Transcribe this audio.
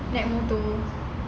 naik motor